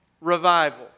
Revival